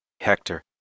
Hector